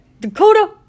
Dakota